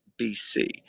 BC